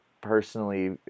personally